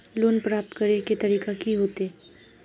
Loan प्राप्त करे के तरीका की होते?